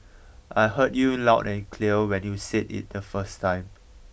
I heard you loud and clear when you said it the first time